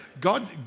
God